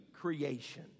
creation